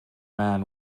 man